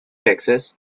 texas